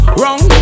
wrong